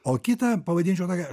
o kitą pavadinčiau tokia